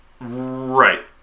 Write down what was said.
right